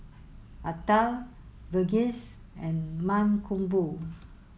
Atal Verghese and Mankombu